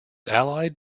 allied